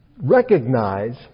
Recognize